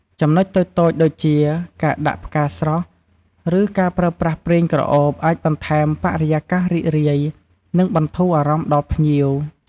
ចំណុចតូចៗដូចជា ការដាក់ផ្កាស្រស់ ឬការប្រើប្រាស់ប្រេងក្រអូប អាចបន្ថែមបរិយាកាសរីករាយ និងបន្ធូរអារម្មណ៍ដល់ភ្ញៀវ។